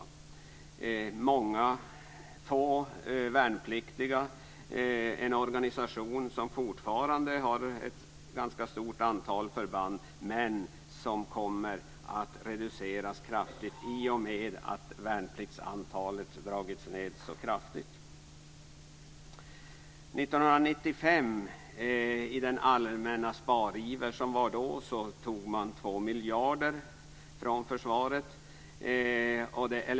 Det kommer att bli mycket få värnpliktiga och en organisation som fortfarande har ett ganska stort antal förband men som kommer att reduceras kraftigt i och med att värnpliktsantalet dragits ned så kraftigt. I den allmänna spariver som rådde hösten 1994 tog man 2 miljarder från försvaret.